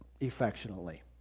affectionately